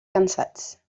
cansats